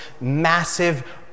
massive